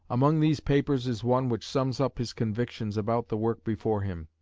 among these papers is one which sums up his convictions about the work before him,